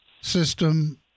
system